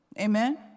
amen